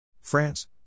France